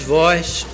voice